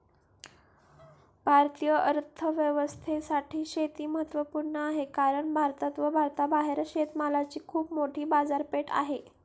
भारतीय अर्थव्यवस्थेसाठी शेती महत्वपूर्ण आहे कारण भारतात व भारताबाहेर शेतमालाची खूप मोठी बाजारपेठ आहे